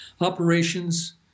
Operations